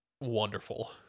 wonderful